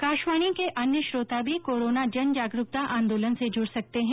आकाशवाणी के अन्य श्रोता भी कोरोना जनजागरुकता आंदोलन से जुड सकते हैं